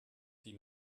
die